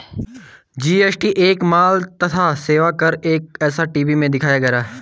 GST एक माल तथा सेवा कर है ऐसा टी.वी में दिखाया गया